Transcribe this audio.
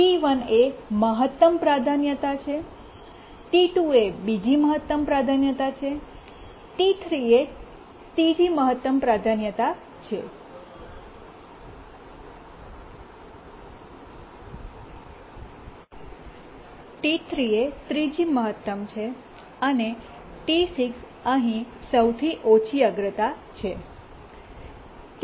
તે છે T1 એ મહત્તમ પ્રાધાન્યતા છે T2 એ બીજી મહત્તમ પ્રાધાન્યતા છે T3 એ ત્રીજી મહત્તમ છે અને T6 અહીં સૌથી ઓછી અગ્રતા છે